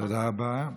תודה רבה.